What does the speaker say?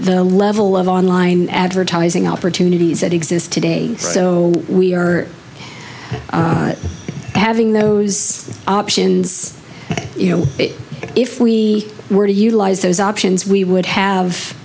the level of online advertising opportunities that exist today so we are having those options you know if we were to utilize those options we would have